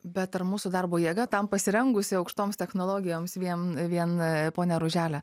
bet ar mūsų darbo jėga tam pasirengusi aukštoms technologijoms vien vien pone ružele